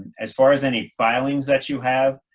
as far as any filings that you have,